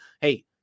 Hey